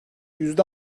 yüzde